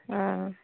हँ